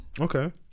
Okay